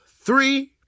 three